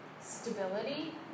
stability